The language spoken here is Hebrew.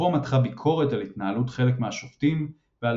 ובו מתחה ביקורת על התנהלות חלק מהשופטים ועל